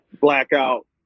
blackout